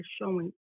showing